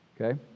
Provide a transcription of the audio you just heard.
okay